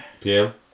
PM